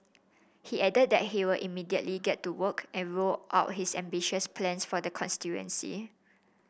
he added that he will immediately get to work and roll out his ambitious plans for the constituency